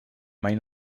mai